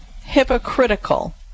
hypocritical